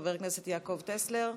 חבר הכנסת יעקב טסלר,